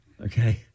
Okay